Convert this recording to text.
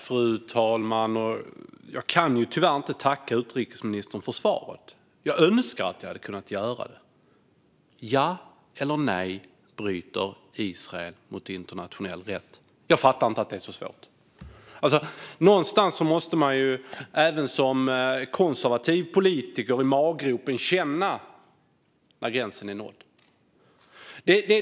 Fru talman! Jag kan tyvärr inte tacka utrikesministern för svaret. Jag önskar att jag hade kunnat göra det. Ja eller nej, bryter Israel mot internationell rätt? Jag fattar inte att det är så svårt. Någonstans måste man även som konservativ politiker känna i maggropen när gränsen är nådd.